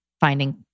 finding